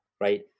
right